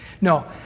No